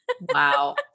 Wow